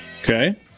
Okay